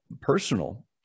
personal